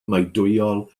meudwyol